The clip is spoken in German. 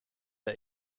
der